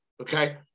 Okay